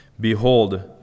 behold